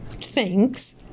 Thanks